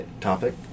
topic